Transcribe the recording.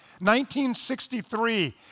1963